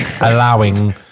allowing